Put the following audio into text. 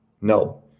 no